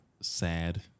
sad